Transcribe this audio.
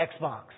Xbox